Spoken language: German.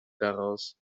daraus